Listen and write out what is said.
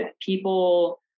people